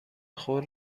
خود